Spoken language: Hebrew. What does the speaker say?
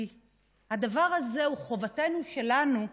כי הדבר הזה הוא חובתנו שלנו,